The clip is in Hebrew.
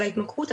על ההתמכרות,